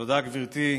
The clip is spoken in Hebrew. תודה, גברתי.